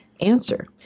answer